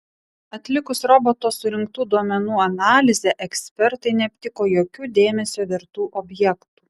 atlikus roboto surinktų duomenų analizę ekspertai neaptiko jokių dėmesio vertų objektų